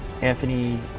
Anthony